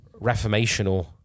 reformational